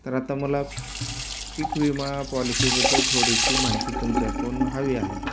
तर आता मला पीक विमा पॉलिशीबद्दल थोडीशी माहिती तुमच्याकून हवी आहे